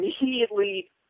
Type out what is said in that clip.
immediately